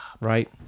Right